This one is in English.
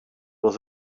was